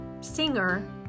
singer